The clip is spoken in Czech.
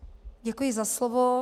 Děkuji za slovo.